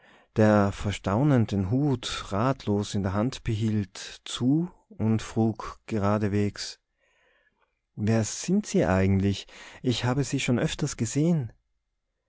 der vor staunen den hut ratlos in der hand behielt zu und frug geradewegs wer sind sie eigentlich ich habe sie schon öfters gesehen